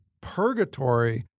Purgatory